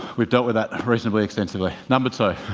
we've dealt with that reasonably extensively. number two.